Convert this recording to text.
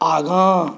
आगाँ